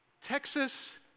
Texas